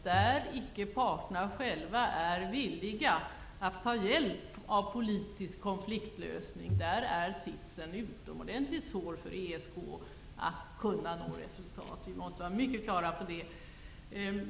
När parterna själva inte är villiga att ta hjälp av politisk konfliktlösning är det utomordentligt svårt för ESK att nå resultat. Vi måste vara mycket klara över det.